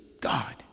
God